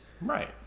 Right